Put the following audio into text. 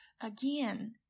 again